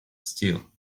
steel